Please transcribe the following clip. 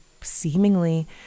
seemingly